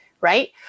right